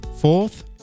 Fourth